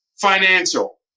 financial